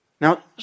Now